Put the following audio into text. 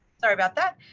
so about that.